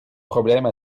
problème